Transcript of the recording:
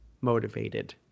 motivated